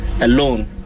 Alone